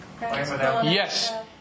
Yes